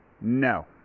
No